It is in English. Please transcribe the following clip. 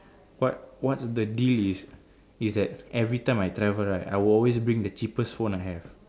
what what's the deal is is that every time I travel right I will always bring the cheapest phone I have